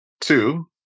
Two